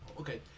Okay